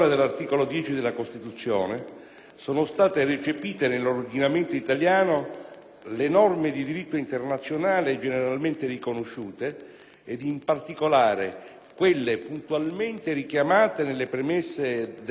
sono state recepite nell'ordinamento italiano le norme di diritto internazionale generalmente riconosciute ed in particolare quelle puntualmente richiamate nelle premesse della mozione del senatore Giambrone,